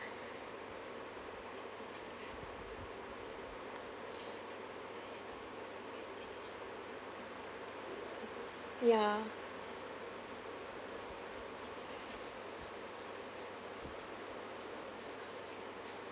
ya